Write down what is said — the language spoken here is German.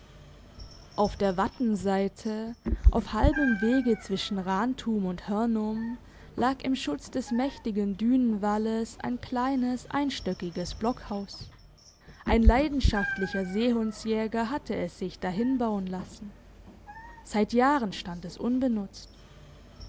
auf der wattenseite auf halbem wege zwischen rantum und hörnum lag im schutz des mächtigen dünenwalles ein kleines einstöckiges blockhaus ein leidenschaftlicher seehundsjäger hatte es sich dahinbauen lassen seit jahren stand es unbenutzt